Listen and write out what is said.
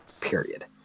Period